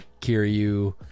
Kiryu